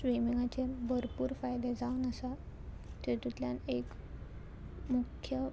स्विमींगाचे भरपूर फायदे जावन आसा तेतूंतल्यान एक मुख्य